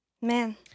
Man